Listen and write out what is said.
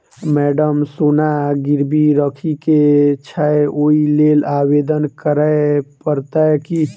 Madam सोना गिरबी राखि केँ छैय ओई लेल आवेदन करै परतै की?